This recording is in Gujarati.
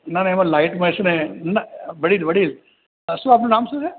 ના ના એમાં લાઈટમાં છે ને ના ના વડીલ વડીલ શું આપનું નામ શું છે